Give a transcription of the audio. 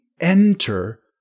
enter